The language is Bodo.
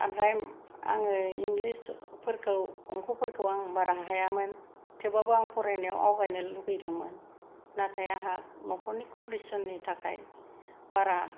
ओमफ्राय आङो इंलिसफोरखौ अंक'फोरखौ आं बारा हायामोन थेवबाबो आं फरायनायाव आवगायनो लुबैदोंमोन नाथाय आंहा न'खरनि कन्डिशननि थाखाय बारा